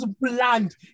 bland